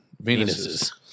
Venuses